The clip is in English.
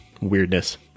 weirdness